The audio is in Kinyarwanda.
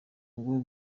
ngo